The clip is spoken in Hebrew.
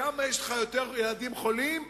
ככל שיש לך יותר ילדים חולים,